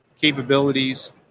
capabilities